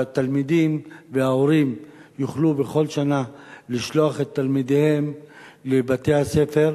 ושההורים יוכלו בכל שנה לשלוח את התלמידים לבתי-הספר.